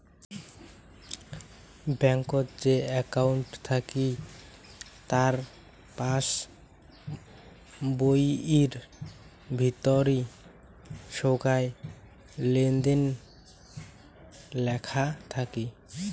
ব্যাঙ্কত যে একউন্ট থাকি তার পাস বইয়ির ভিতরি সোগায় লেনদেন লেখা থাকি